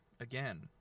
again